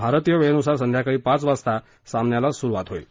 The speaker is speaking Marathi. भारतीय वेळेनुसार संध्याकाळी पाच वाजता सामन्याला सुरुवात होईल